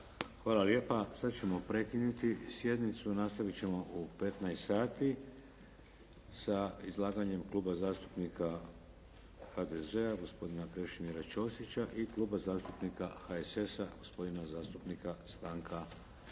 Hvala lijepa. Sad ćemo prekinuti sjednicu. Nastavit ćemo u 15 sati sa izlaganjem Kluba zastupnika HDZ-a, gospodina Krešimira Ćosića i Kluba zastupnika HSS-a, gospodina zastupnika Stanka Grčića.